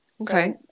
Okay